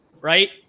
right